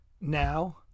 Now